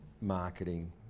marketing